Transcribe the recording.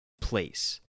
place